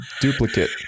duplicate